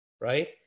right